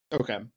Okay